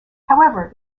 however